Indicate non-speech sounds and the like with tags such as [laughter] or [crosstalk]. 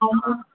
[unintelligible]